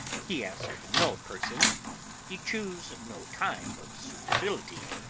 he ask no person he choose no time of suitability.